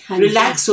relax